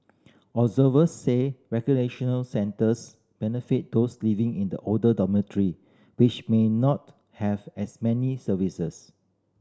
observers said recreational centres benefit those living in the older dormitory which may not have as many services